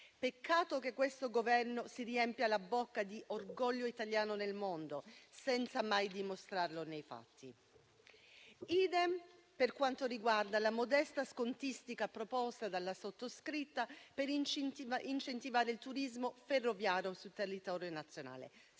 Peccato che questo Governo si riempia la bocca di orgoglio italiano nel mondo senza mai dimostrarlo nei fatti. *Idem* per quanto riguarda la modesta scontistica proposta dalla sottoscritta per incentivare il turismo ferroviario sul territorio nazionale,